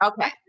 Okay